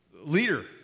leader